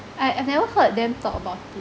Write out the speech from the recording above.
I I've never heard them talked about it